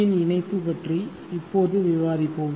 யின் இணைப்பு பற்றி இப்போது விவாதிப்போம்